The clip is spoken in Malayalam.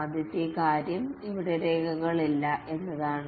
ആദ്യത്തെ കാര്യം ഇവിടെ രേഖകൾ ഇല്ല എന്നതാണ്